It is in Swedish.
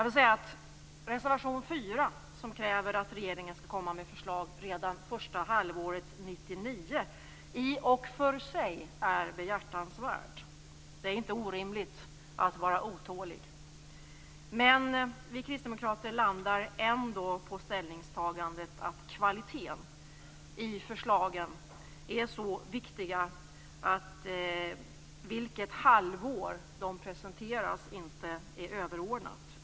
I reservation nr 4 krävs att regeringen skall komma med förslag redan första halvåret 1999. Det är i och för sig ett behjärtansvärt krav. Det är inte orimligt att vara otålig. Men vi kristdemokrater landar ändå på ställningstagandet att kvaliteten i förslagen är så viktig att vilket halvår förslagen presenteras inte är det avgörande.